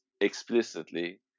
explicitly